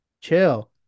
chill